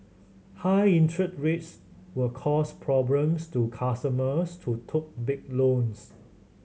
high interest rates will cause problems to customers too took big loans